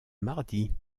mardi